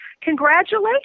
congratulations